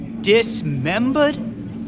Dismembered